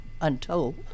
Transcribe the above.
untold